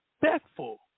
respectful